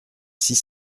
six